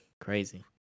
crazy